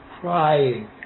crying